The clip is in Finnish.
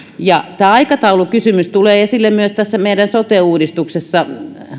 tämä aikataulukysymys tulee esille myös tässä meidän sote uudistuksessa